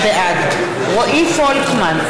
בעד רועי פולקמן,